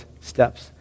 steps